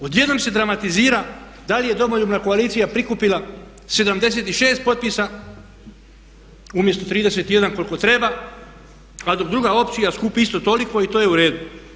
Odjednom se dramatizira da li je Domoljubna koalicija prikupila 76 potpisa umjesto 31 koliko treba, a dok druga opcija skupi isto toliko i to je u redu.